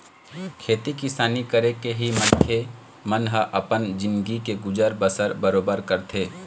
खेती किसानी करके ही मनखे मन ह अपन जिनगी के गुजर बसर बरोबर करथे